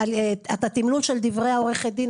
מהתמלול של דברי עורכת הדין,